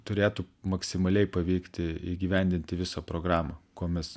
turėtų maksimaliai pavykti įgyvendinti visą programą ko mes